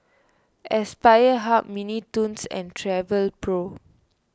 Aspire Hub Mini Toons and Travelpro